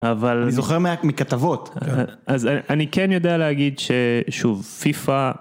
אבל זוכר מכתבות אז אני כן יודע להגיד ששוב פיפא